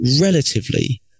relatively